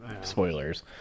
Spoilers